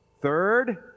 Third